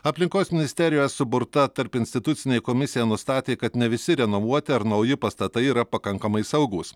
aplinkos ministerijos suburta tarpinstitucinė komisija nustatė kad ne visi renovuoti ar nauji pastatai yra pakankamai saugūs